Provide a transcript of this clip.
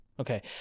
Okay